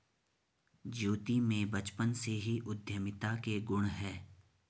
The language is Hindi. ज्योति में बचपन से ही उद्यमिता के गुण है